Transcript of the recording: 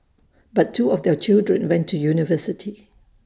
but two of their children went to university